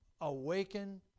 awaken